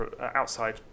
outside